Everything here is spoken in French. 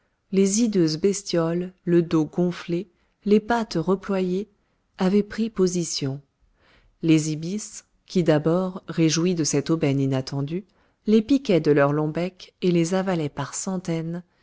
les hideuses bestioles le dos gonflé les pattes reployées avaient pris position les ibis qui d'abord réjouis de cette aubaine inattendue les piquaient de leurs longs becs et les avalaient par centaines